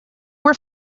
were